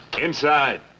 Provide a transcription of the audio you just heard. Inside